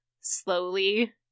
slowly